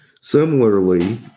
Similarly